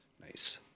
nice